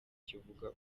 kivuga